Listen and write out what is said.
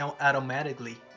automatically